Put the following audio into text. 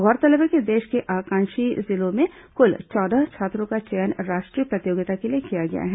गौरतलब है कि देश के आकांक्षी जिलों में कुल चौदह छात्रों का चयन राष्ट्रीय प्रतियोगिता के लिए किया गया है